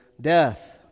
death